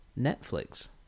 Netflix